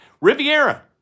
Riviera